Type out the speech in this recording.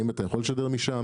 האם אתם יכול לשדר משם?